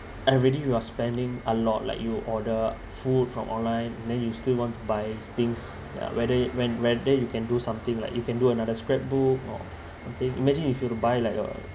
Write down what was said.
already you are spending a lot like you order food from online then you still want to buy things whether whet~ whether you can do something like you can do another scrapbook or something imagine if you were to buy like a